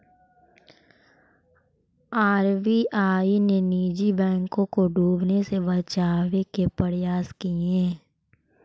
RBI ने निजी बैंकों को डूबने से बचावे के प्रयास किए